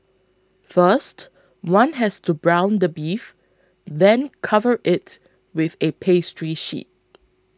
first one has to brown the beef then cover it with a pastry sheet